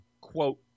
quote